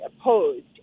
opposed